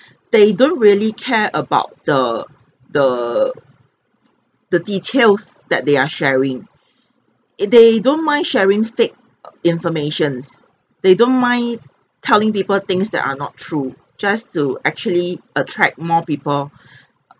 they don't really care about the the the details that they are sharing it they don't mind sharing fake err informations they don't mind telling people things that are not true just to actually attract more people err